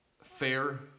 Fair